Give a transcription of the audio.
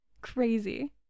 Crazy